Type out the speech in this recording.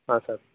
ಹಾಂ ಸರ್